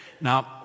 Now